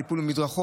על טיפול במדרכות,